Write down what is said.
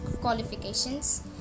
qualifications